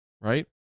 right